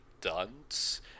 dunce